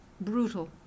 brutal